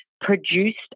produced